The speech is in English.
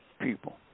people